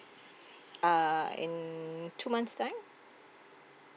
uh in two months time